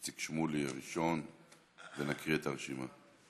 ואיציק שמולי הוא הראשון, ונקריא את הרשימה.